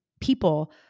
people